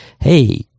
hey